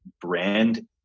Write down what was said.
brand